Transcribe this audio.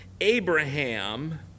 Abraham